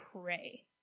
pray